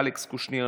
אלכס קושניר,